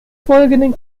folgenden